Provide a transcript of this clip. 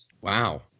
wow